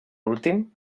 últim